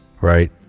Right